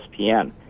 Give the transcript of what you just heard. ESPN